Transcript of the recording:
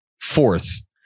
fourth